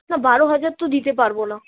না বারো হাজার তো দিতে পারবো না